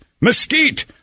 mesquite